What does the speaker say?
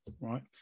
Right